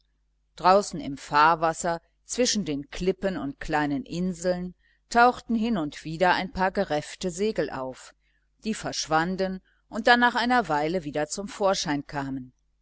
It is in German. draußen im fahrwasser zwischen den klippen und kleinen inseln tauchten hin und wieder ein paar gereffte segel auf die verschwanden und dann nach einer weile wieder zum vorschein kamen